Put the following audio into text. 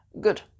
Good